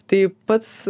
tai pats